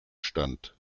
stand